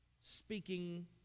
speaking